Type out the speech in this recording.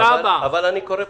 אבל אני קורא פרוטוקולים.